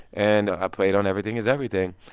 and i played on everything is everything.